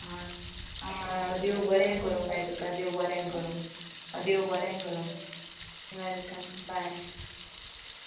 आं आं देव बरें करूं बाये तुका देव बरें करूं देव बरें करूं वॅलकम बाय